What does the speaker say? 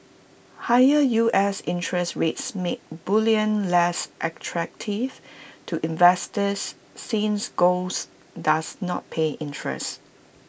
higher U S interest rates make bullion less attractive to investors since golds does not pay interest